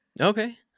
Okay